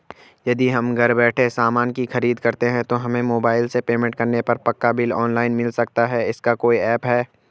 यदि हम घर बैठे सामान की खरीद करते हैं तो हमें मोबाइल से पेमेंट करने पर पक्का बिल ऑनलाइन मिल सकता है इसका कोई ऐप है